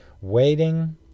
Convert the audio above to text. Waiting